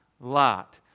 Lot